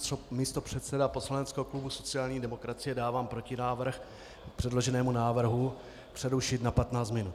Jako místopředseda poslaneckého klubu sociální demokracie dávám protinávrh k předloženému návrhu přerušit na 15 minut.